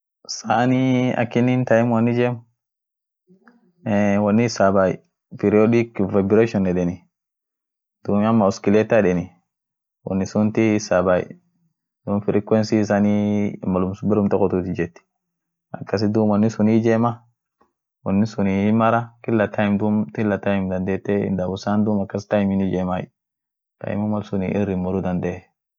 woni sunii flash lightin won dandaani dikeyo ta dandaani fudeni bitri tumieti, harkumaan baateni duum mal ishi tumietenuu. hinbobaa. malsaa dibii mal at gar kampuafa jirt, ama mal atin wonfa borbaadu, ama mal stimafan siira balee won bobeefet hinkabn mal sunii flash light mal sun bobeefetenie. malsun bobeefeten